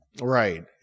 right